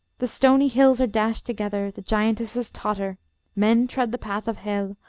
the stony hills are dashed together, the giantesses totter men tread the path of hel,